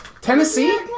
Tennessee